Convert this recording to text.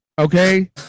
okay